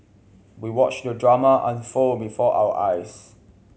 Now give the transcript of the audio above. we watched the drama unfold before our eyes